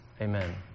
Amen